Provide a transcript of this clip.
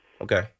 Okay